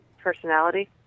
personality